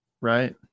right